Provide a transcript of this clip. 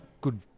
good